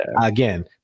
Again